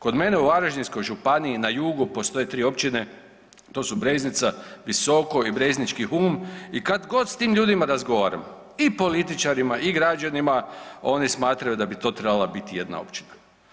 Kod mene u Varaždinskoj županiji na jugu postoje tri općine to su Breznica, Visoko i Breznički Hum i kad god s tim ljudima razgovaram i političarima i građanima oni smatraju da bi to trebala biti jedna općina.